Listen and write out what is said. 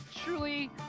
Truly